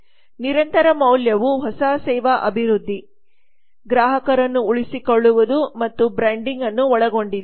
ನಿರಂತರ ಮೌಲ್ಯವು ಹೊಸ ಸೇವಾ ಅಭಿವೃದ್ಧಿ ಗ್ರಾಹಕರನ್ನು ಉಳಿಸಿಕೊಳ್ಳುವುದು ಮತ್ತು ಬ್ರ್ಯಾಂಡಿಂಗ್ ಅನ್ನು ಒಳಗೊಂಡಿದೆ